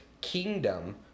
kingdom